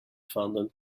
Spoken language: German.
fanden